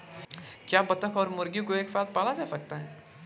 क्या बत्तख और मुर्गी को एक साथ पाला जा सकता है?